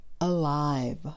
alive